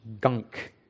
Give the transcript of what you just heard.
gunk